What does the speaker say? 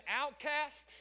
outcasts